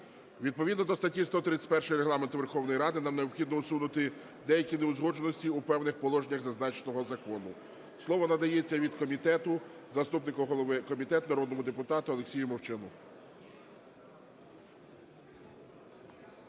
Відповідно до статті 131 Регламенту Верховної Ради нам необхідно усунути деякі неузгодженості у певних положеннях зазначеного закону. Слово надається від комітету заступнику голови комітету народному депутату Олексію Мовчану.